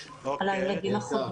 לא.